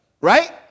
Right